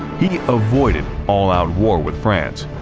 he avoided all-out war with france,